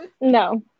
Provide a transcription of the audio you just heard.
No